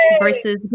versus